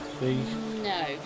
No